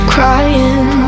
Crying